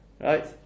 Right